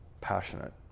passionate